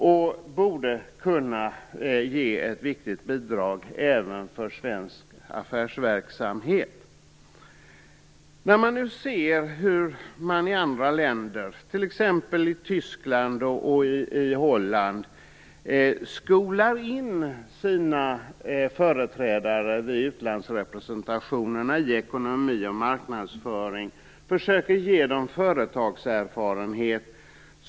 De borde kunna ge ett viktigt bidrag även för svensk affärsverksamhet. Vi kan se hur man i andra länder, t.ex. Tyskland och Holland, skolar in sina företrädare vid utlandsrepresentationerna i ekonomi och marknadsföring och försöker ge dem företagserfarenhet.